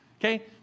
okay